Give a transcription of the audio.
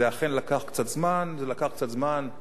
זה אכן לקח קצת זמן, זה לקח קצת זמן.